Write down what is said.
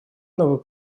новой